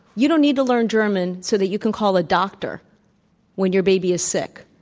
you don't need to learn german so that you can call a doctor when your baby is sick,